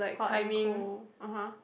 hot and cold (uh huh)